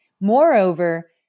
Moreover